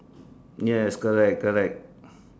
yes correct correct